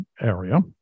area